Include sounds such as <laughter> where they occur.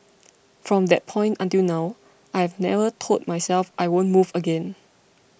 <noise> from that point until now I have never told myself I won't move again